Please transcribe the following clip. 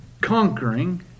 Conquering